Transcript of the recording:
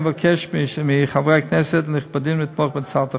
אבקש מחברי הכנסת הנכבדים לתמוך בהצעת החוק.